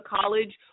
college